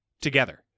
together